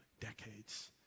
decades